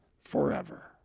forever